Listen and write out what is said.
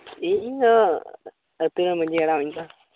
ᱤᱧ ᱤᱧᱟᱹᱜ ᱟᱹᱛᱩᱨᱮᱱ ᱢᱟᱹᱡᱷᱤ ᱦᱟᱲᱟᱢ ᱤᱧ ᱫᱚ